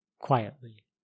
quietly